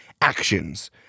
actions